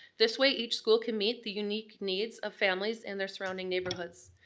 this way each school can meet the unique needs of families in their surrounding neighborhoods.